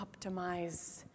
optimize